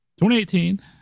2018